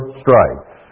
strife